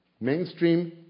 mainstream